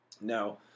Now